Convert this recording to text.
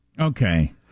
Okay